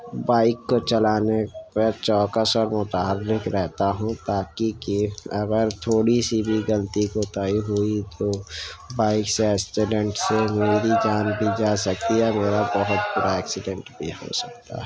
bike کو چلانے پر چوکس اور متحرک رہتا ہوں تاکہ کہ اگر تھوڑی سی بھی غلطی کوتاہی ہوئی تو بائک سے اسیڈنٹ سے میری جان بھی جا سکتی ہے اور میرا بہت برا ایکسیڈنٹ بھی ہو سکتا ہے